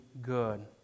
good